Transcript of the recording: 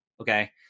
Okay